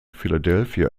philadelphia